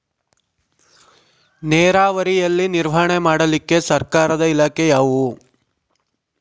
ನೇರಾವರಿಯಲ್ಲಿ ನಿರ್ವಹಣೆ ಮಾಡಲಿಕ್ಕೆ ಸರ್ಕಾರದ ಇಲಾಖೆ ಯಾವುದು?